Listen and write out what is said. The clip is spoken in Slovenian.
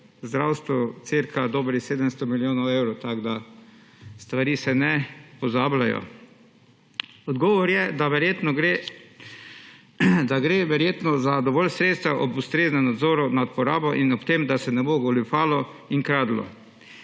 zdravstvo v vrednosti dobrih 700 milijonov evrov. Stvari se ne pozabljajo. Odgovor je, da gre verjetno za dovolj sredstev ob ustreznem nadzoru nad porabo, ob tem, da se ne bo goljufalo in kradlo.